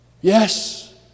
Yes